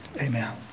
Amen